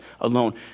alone